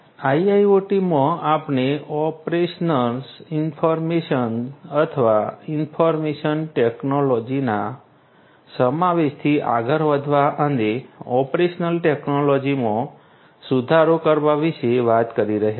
IIoT માં આપણે operations information અથવા ઇન્ફર્મેશન ટેક્નોલોજીના સમાવેશથી આગળ વધવા અને ઓપરેશનલ ટેક્નોલોજીમાં સુધારો કરવા વિશે વાત કરી રહ્યા છીએ